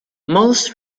most